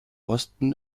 osten